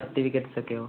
certificates ഒക്കെയോ